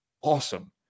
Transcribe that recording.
awesome